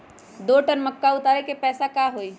दो टन मक्का उतारे के पैसा का होई?